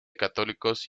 católicos